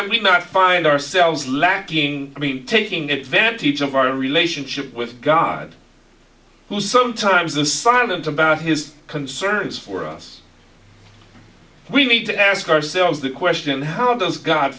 them would not find ourselves lacking i mean taking advantage of our relationship with god who sometimes the silent about his concerns for us we need to ask ourselves the question how